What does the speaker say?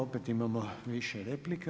Opet imamo više replika.